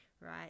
Right